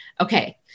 okay